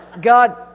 God